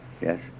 Yes